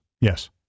Yes